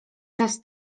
czas